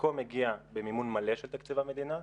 חלקו מגיע במימון מלא של תקציב המדינה,